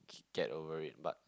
get over it but